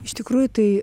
iš tikrųjų tai